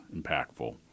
impactful